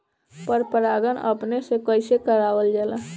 पर परागण अपने से कइसे करावल जाला?